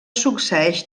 succeeix